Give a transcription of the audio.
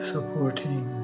supporting